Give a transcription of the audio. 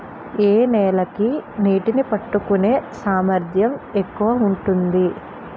ఏ నేల కి నీటినీ పట్టుకునే సామర్థ్యం ఎక్కువ ఉంటుంది?